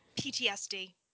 PTSD